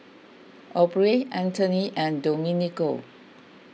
Aubrey Anthony and Domenico